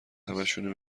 همشونو